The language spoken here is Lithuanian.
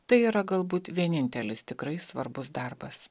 tai yra galbūt vienintelis tikrai svarbus darbas